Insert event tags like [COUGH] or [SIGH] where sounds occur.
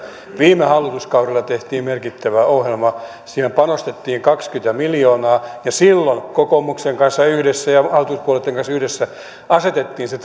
viime hallituskaudella tehtiin merkittävä ohjelma siinä panostettiin kaksikymmentä miljoonaa ja silloin kokoomuksen ja muiden hallituspuo lueitten kanssa yhdessä asetettiin se [UNINTELLIGIBLE]